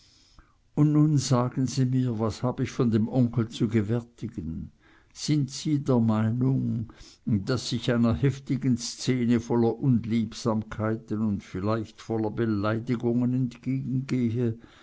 und nun sagen sie mir was hab ich von dem onkel zu gewärtigen sind sie der meinung daß ich einer heftigen szene voller unliebsamkeiten und vielleicht voller beleidigungen entgegengehe